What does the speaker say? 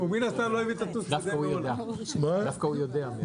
אם הם צודקים, אני אכניס את זה לחוק.